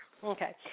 Okay